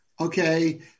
Okay